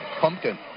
pumpkin